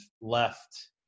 left